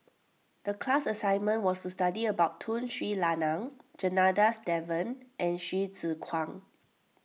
the class assignment was to study about Tun Sri Lanang Janadas Devan and Hsu Tse Kwang